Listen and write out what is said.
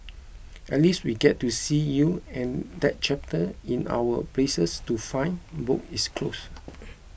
at least we get to see you and that chapter in our places to find book is closed